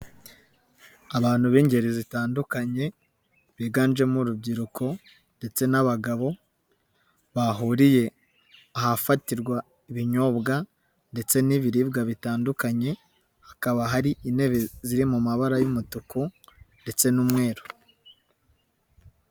Abantu b'ingeri zitandukanye biganjemo urubyiruko ndetse n'abagabo bahuriye ahafatirwa ibinyobwa ndetse n'ibiribwa bitandukanye, hakaba hari intebe ziri mu mabara y'umutuku ndetse n'umweru.